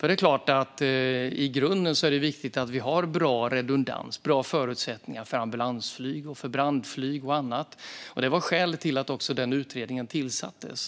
Det är klart att i grunden är det viktigt att vi har bra redundans och bra förutsättningar för ambulansflyg, brandflyg och annat. Det var också skälet till att den utredningen tillsattes.